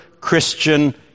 Christian